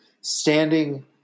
standing